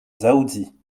dzaoudzi